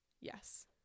yes